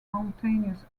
mountainous